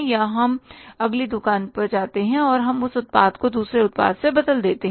या तो हम अगली दुकान पर जाते हैं या हम उस उत्पाद को दूसरे उत्पाद से बदल देते हैं